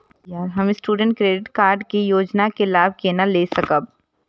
हम student credit card के योजना के लाभ केना लय सकब?